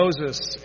Moses